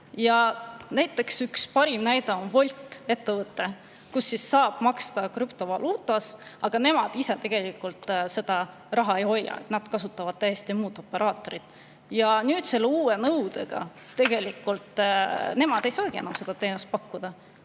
Aitäh! Üks parim näide on ettevõte Wolt, kus saab maksta krüptovaluutas, aga nemad ise tegelikult seda raha ei hoia, nad kasutavad muud operaatorit. Ja nüüd selle uue nõudega nemad ei saagi enam seda teenust pakkuda,